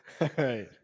right